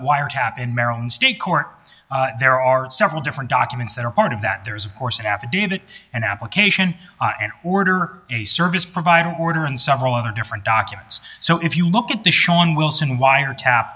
wiretap in maryland state court there are several different documents that are part of that there is of course an affidavit an application an order a service provider order and several other different documents so if you look at the shawn wilson wiretap